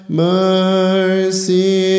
mercy